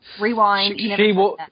Rewind